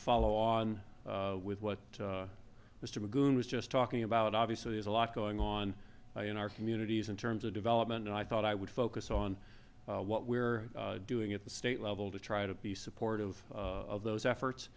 follow on with what mr mcgoohan was just talking about obviously there's a lot going on in our communities in terms of development and i thought i would focus on what we're doing at the state level to try to be supportive of those efforts